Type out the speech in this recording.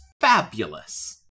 fabulous